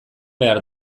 behar